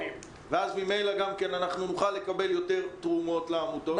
ואז ממילא אנחנו נוכל לקבל יותר תרומות לעמותות.